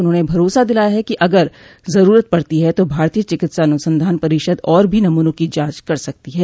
उन्होंने भरोसा दिलाया कि अगर ज़रूरत पड़ती है तो भारतीय चिकित्सा अनुसंधान परिषद और भी नमूनों की जांच कर सकती है